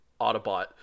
autobot